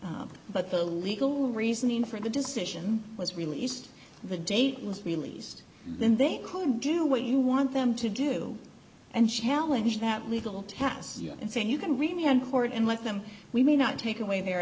but the legal reasoning for the decision was released the date was released then they could do what you want them to do and challenge that legal task and say you can remain in court and let them we may not take away their